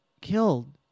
killed